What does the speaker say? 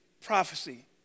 prophecy